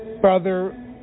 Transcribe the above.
Brother